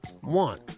One